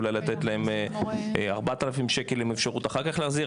אולי לתת להם 4,000 שקל עם אפשרות להחזיר אחר כך.